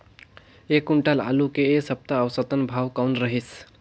एक क्विंटल आलू के ऐ सप्ता औसतन भाव कौन रहिस?